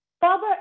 Father